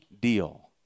deal